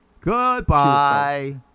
Goodbye